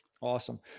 Awesome